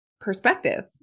perspective